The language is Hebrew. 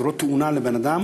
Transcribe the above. כאשר קורית תאונה לבן-אדם,